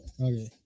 Okay